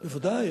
בוודאי.